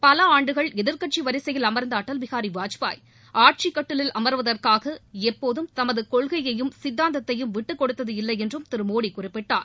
பல ஆண்டுகள் எதிர்க்கட்சி வரிசையில் அமர்ந்த அடல் பிஹாரி வாஜ்பாய் ஆட்சிக் கட்டிலில் அமர்வதற்காக எப்போதும் தமது கொள்கையையும் சித்தாந்தத்தையும் விட்டுக் கொடுத்ததில்லை என்றும் திரு மோடி குறிப்பிட்டார்